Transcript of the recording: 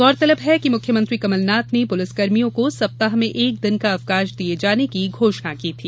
गौरतलब है कि मुख्यमंत्री कमलनाथ ने पुलिसकर्मियों को सप्ताह में एक दिन का अवकाश दिये जाने की घोषणा की थी